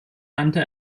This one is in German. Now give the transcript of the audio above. nannte